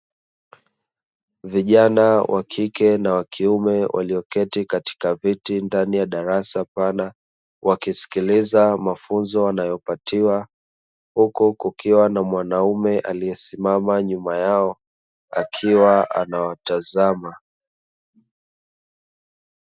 Vijana wakike na wakiume walioketi katika viti ndani ya darasa pana wakisikiliza mafunzo wanayopatiwa, huku kukiwa na mwanaume aliesimama nyuma yao akiwa anawatazama.